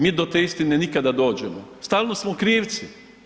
Mi do te istine nikad da dođemo, stalno smo u krivci.